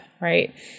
right